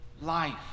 life